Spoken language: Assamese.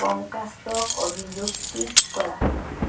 ক'মকাষ্টক অভিযোগ টুইট কৰা